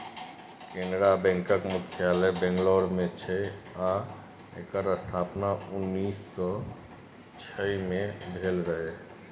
कैनरा बैकक मुख्यालय बंगलौर मे छै आ एकर स्थापना उन्नैस सँ छइ मे भेल रहय